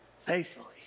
faithfully